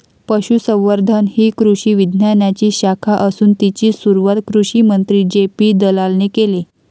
पशुसंवर्धन ही कृषी विज्ञानाची शाखा असून तिची सुरुवात कृषिमंत्री जे.पी दलालाने केले